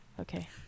Okay